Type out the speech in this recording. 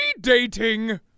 dating